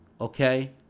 okay